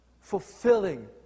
Fulfilling